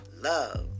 love